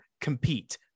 compete